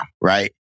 right